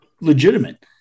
legitimate